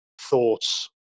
thoughts